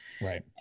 Right